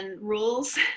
rules